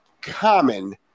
common